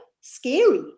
scary